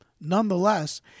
Nonetheless